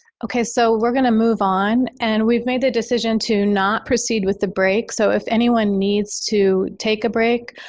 so, we're going to move on. and, we've made the decision to not proceed with the break. so if anyone needs to take a break,